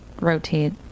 rotate